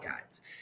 guides